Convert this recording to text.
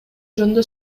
жөнүндө